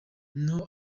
niho